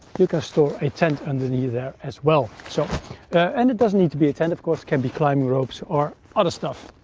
you can store a tent underneath there as well. so and it doesn't need to be a tent, of course. it can be climbing ropes or other stuff.